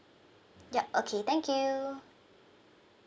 yup okay thank you